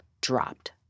dropped